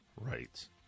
rights